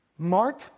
Mark